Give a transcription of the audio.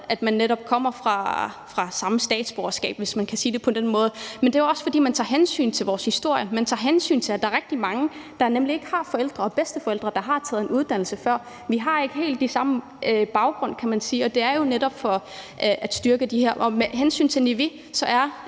om man har det samme statsborgerskab, hvis det kan siges på den måde. Men det er jo også, fordi man tager hensyn til vores historie. Man tager hensyn til, at der er rigtig mange, der ikke har forældre og bedsteforældre, der har taget en uddannelse. Vi har ikke helt de samme forudsætninger. Og det er jo netop for at styrke det her. Med hensyn til det med